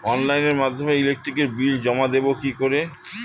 অনলাইনের মাধ্যমে electric bill জমা দেবো কি করে?